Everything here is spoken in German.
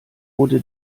wurde